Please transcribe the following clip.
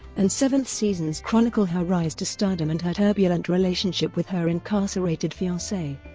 and seventh seasons chronicle her rise to stardom and her turbulent relationship with her incarcerated fiance.